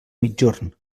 migjorn